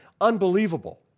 Unbelievable